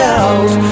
out